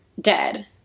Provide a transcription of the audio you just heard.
dead